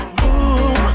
boom